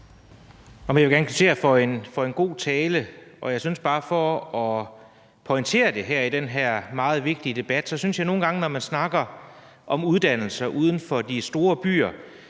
Jeg vil gerne kvittere for en god tale. For at pointere det i den her meget vigtige debat vil jeg sige, at jeg synes, at når man snakker om uddannelser uden for de store byer,